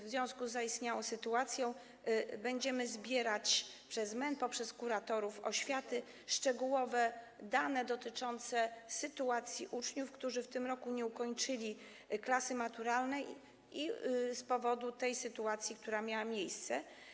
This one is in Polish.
W związku z zaistniałą sytuacją będziemy również zbierać - poprzez MEN, poprzez kuratorów oświaty - szczegółowe dane dotyczące sytuacji uczniów, którzy w tym roku nie ukończyli klasy maturalnej z powodu tej sytuacji, która miała miejsce.